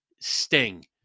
Sting